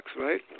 right